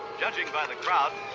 judging by the crowd.